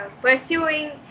pursuing